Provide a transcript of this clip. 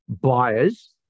buyers